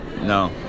No